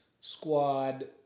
Squad